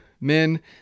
men